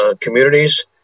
communities